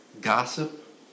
gossip